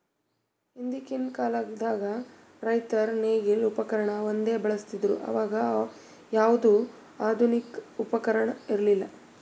ಹಿಂದಕ್ಕಿನ್ ಕಾಲದಾಗ್ ರೈತರ್ ನೇಗಿಲ್ ಉಪಕರ್ಣ ಒಂದೇ ಬಳಸ್ತಿದ್ರು ಅವಾಗ ಯಾವ್ದು ಆಧುನಿಕ್ ಉಪಕರ್ಣ ಇರ್ಲಿಲ್ಲಾ